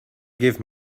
give